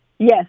Yes